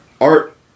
Art